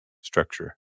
Structure